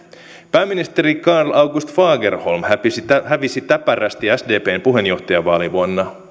pääministeri karl august fagerholm hävisi täpärästi sdpn puheenjohtajavaalin vuonna